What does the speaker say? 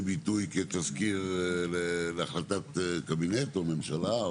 ביטוי כתסקיר להחלטת קבינט או ממשלה?